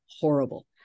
horrible